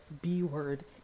b-word